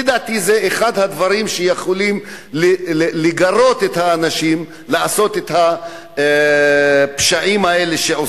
לדעתי זה אחד הדברים שיכולים לגרות את האנשים לעשות את הפשעים האלה.